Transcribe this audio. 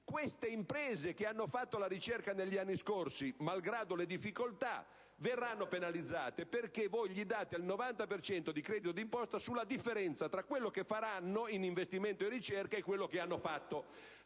queste imprese che hanno fatto la ricerca negli anni scorsi, malgrado le difficoltà, verranno penalizzate, perché voi date loro il 90 per cento di credito d'imposta sulla differenza tra quello che faranno in investimenti o ricerca e quello che hanno fatto.